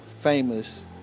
famous